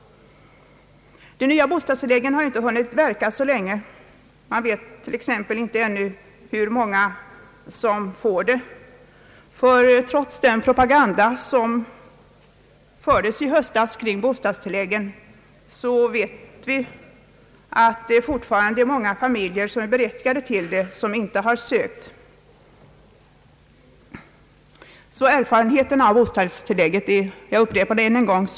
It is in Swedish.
De nya bostadstilläggen har inte hunnit verka så länge att man vet hur många det är som får detta tillägg, ty trots den propaganda som fördes i hös tas om bostadstilläggen vet vi att det fortfarande finns många familjer som är berättigade därtill men som inte har ansökt därom. Erfarenheten av bostadstilläggen är liten — jag upprepar det ännu en gång.